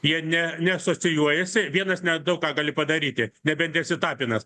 jie ne neasocijuojasi vienas nedaug ką gali padaryti nebent esi tapinas